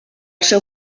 seu